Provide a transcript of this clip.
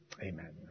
Amen